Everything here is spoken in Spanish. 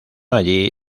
allí